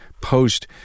post